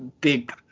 big